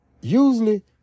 Usually